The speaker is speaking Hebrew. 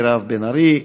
מירב בן ארי,